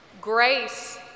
Grace